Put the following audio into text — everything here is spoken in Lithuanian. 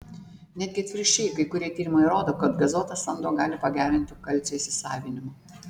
netgi atvirkščiai kai kurie tyrimai rodo kad gazuotas vanduo gali pagerinti kalcio įsisavinimą